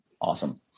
awesome